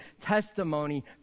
testimony